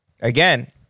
again